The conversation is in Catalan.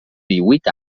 díhuit